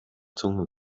zunge